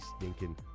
stinking